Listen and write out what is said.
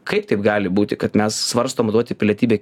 kaip taip gali būti kad mes svarstom duoti pilietybę